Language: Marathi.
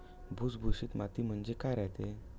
भुसभुशीत माती म्हणजे काय रायते?